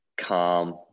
calm